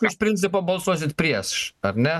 iš principo balsuosit prieš ar ne